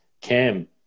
Cam